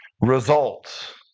results